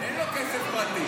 אין לו כסף פרטי.